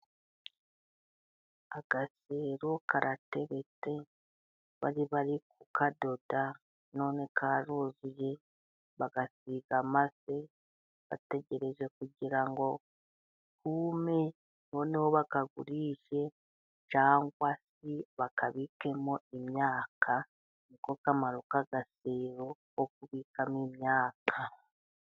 Agasero karateretse bari bari ku kadoda, none karuzuye bagasiga amase bategereje kugira ngo kume, noneho bakagurishe cyangwa se bakabikemo imyaka, niko kamaro k'agasero ko kubikamo imyaka.